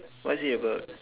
what is it about